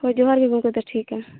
ᱦᱳᱭ ᱡᱚᱦᱟᱨ ᱜᱮ ᱜᱚᱢᱠᱮ ᱛᱚ ᱴᱷᱤᱠᱟ